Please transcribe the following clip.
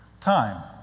Time